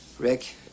Rick